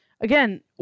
Again